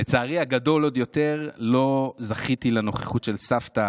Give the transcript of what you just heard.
לצערי הגדול עוד יותר, לא זכיתי לנוכחות של סבתא